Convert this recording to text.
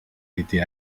été